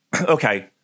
okay